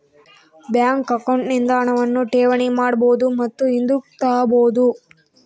bank account ನಿಂದ ಹಣವನ್ನು ಠೇವಣಿ ಮಾಡಬಹುದು ಮತ್ತು ಹಿಂದುಕ್ ತಾಬೋದು